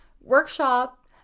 workshop